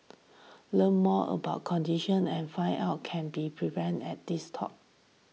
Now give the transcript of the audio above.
learn more about condition and find out can be prevented at this talk